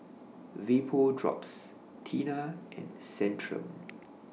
Vapodrops Tena and Centrum